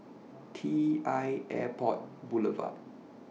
T L Airport Boulevard